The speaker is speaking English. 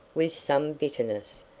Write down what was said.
with some bitterness.